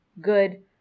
good